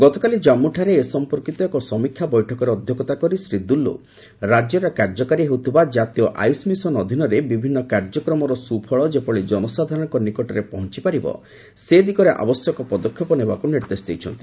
ଗତକାଲି ଜାମ୍ମୁଠାରେ ଏ ସମ୍ପର୍କୀତ ଏକ ସମୀକ୍ଷା ବୈଠକରେ ଅଧ୍ୟକ୍ଷତା କରି ଶ୍ରୀ ଦୁଲ୍ଲ ରାଜ୍ୟରେ କାର୍ଯ୍ୟକାରୀ ହେଉଥିବା ଜାତୀୟ ଆୟୁଷମିଶନ୍ ଅଧୀନରେ ବିଭିନ୍ନ କାର୍ଯ୍ୟକ୍ରମର ସୁଫଳ ଯେଭଳି ଜନସାଧାରଣଙ୍କ ନିକଟରେ ପହଞ୍ଚିପାରିବ ସେ ଦିଗରେ ଆବଶ୍ୟକ ପଦକ୍ଷେପ ନେବାକୁ ନିର୍ଦ୍ଦେଶ ଦେଇଛନ୍ତି